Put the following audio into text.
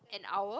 an hour